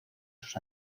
sus